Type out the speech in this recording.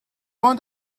ond